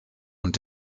und